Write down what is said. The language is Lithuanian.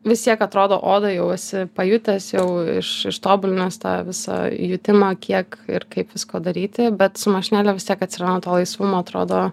vis tiek atrodo oda jau esi pajutęs jau iš ištobulinęs tą visą jutimą kiek ir kaip visko daryti bet su mašinėle vis tiek atsiranda to laisvumo atrodo